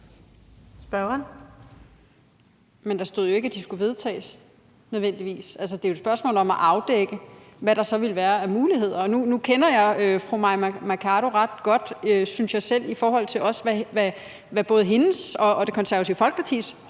Men der stod jo ikke, at de nødvendigvis skulle vedtages. Altså, det er jo et spørgsmål om at afdække, hvad der så ville være af muligheder, og nu synes jeg også selv, jeg kender fru Mai Mercado ret godt, også i forhold til hvad både hendes og Det Konservative Folkepartis holdning